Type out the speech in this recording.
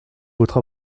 votre